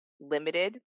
limited